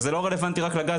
וזה לא רלוונטי רק לזה,